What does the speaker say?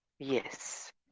Yes